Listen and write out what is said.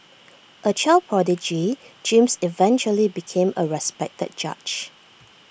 A child prodigy James eventually became A respected judge